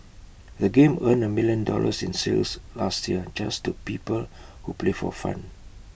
the game earned A million dollars in sales last year just to people who play for fun